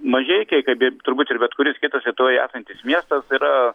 mažeikiai kaip turbūt ir bet kuris kitas lietuvoje esantis miestas yra